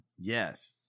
Yes